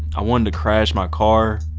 i wanted to crash my car,